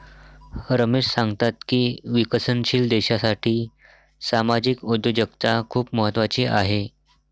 रमेश सांगतात की विकसनशील देशासाठी सामाजिक उद्योजकता खूप महत्त्वाची आहे